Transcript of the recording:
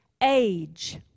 age